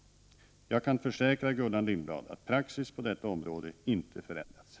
Jag kan försäkra Gullan Lindblad att praxis på detta område inte har förändrats.